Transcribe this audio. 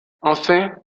enfin